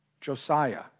Josiah